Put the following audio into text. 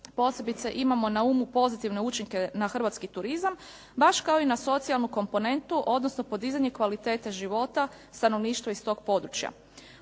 posebice imamo na umu pozitivne učinke na hrvatski turizam baš kao i na socijalnu komponentu odnosno podizanje kvalitete života, stanovništvo iz toga područja.